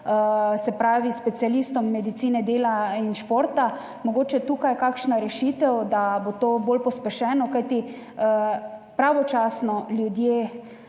pošiljajo specialistom medicine dela in športa, mogoče tukaj kakšna rešitev, da bo to bolj pospešeno, kajti ljudje